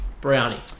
Brownie